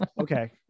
Okay